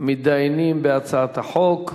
מסוכנים אחרים,